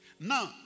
Now